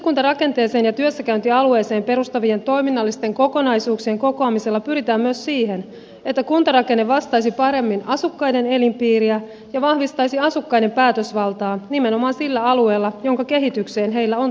yhdyskuntarakenteeseen ja työssäkäyntialueeseen perustuvien toiminnallisten kokonaisuuksien kokoamisella pyritään myös siihen että kuntarakenne vastaisi paremmin asukkaiden elinpiiriä ja vahvistaisi asukkaiden päätösvaltaa nimenomaan sillä alueella jonka kehitykseen heillä on tarve vaikuttaa